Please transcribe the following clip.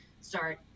start